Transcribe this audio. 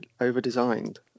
over-designed